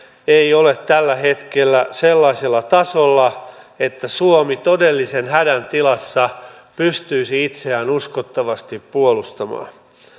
ei ole tällä hetkellä sellaisella tasolla että suomi todellisen hädän tilassa pystyisi itseään uskottavasti puolustamaan